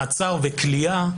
מעצר וכליאה.